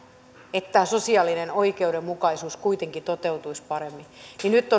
että tämä sosiaalinen oikeudenmukaisuus kuitenkin toteutuisi paremmin niin nyt